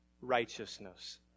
righteousness